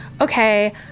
okay